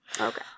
Okay